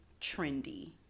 trendy